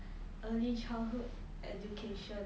early childhood education